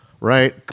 right